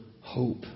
hope